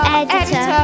editor